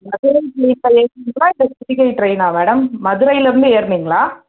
மதுரை ட்ரெயினா இல்லை பொதிகை டிரெயினுங்களா மேடம் மதுரையில் இருந்து ஏறினீங்களா